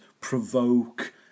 provoke